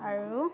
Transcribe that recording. আৰু